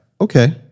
okay